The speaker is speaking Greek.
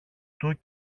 του